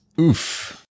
Oof